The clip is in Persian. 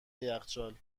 یخچال